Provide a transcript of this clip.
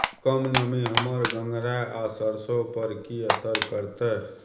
कम नमी हमर गंगराय आ सरसो पर की असर करतै?